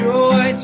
Joy